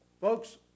Folks